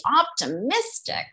optimistic